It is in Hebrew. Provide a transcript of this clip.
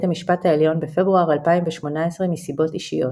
המשפט העליון בפברואר 2018 מסיבות אישיות.